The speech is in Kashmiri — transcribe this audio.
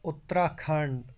اُترَاکھَنٛڈ